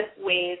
ways